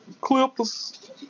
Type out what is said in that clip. Clippers